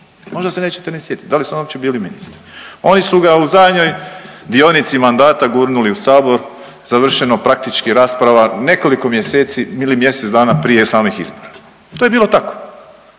možda se nećete ni sjetiti da li oni uopće bili ministri. Oni su ga u zadnjoj dionici mandata gurnuli u sabor, završeno praktički rasprava, nekoliko mjeseci ili mjesec dana prije samih izbora. To je bilo tako.